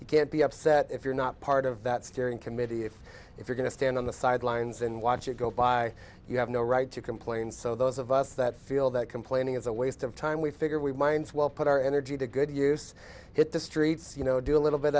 you can't be upset if you're not part of that steering committee if you're going to stand on the sidelines and watch it go by you have no right to complain so those of us that feel that complaining is a waste of time we figure we mines well put our energy to good use hit the streets you know do a little bit